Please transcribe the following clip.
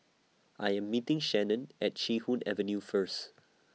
I Am meeting Shannon At Chee Hoon Avenue First